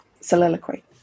soliloquy